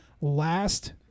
last